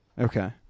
Okay